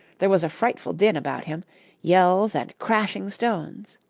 there was a frightful din about him yells and crashing stones.